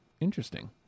Interesting